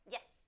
Yes